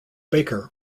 baker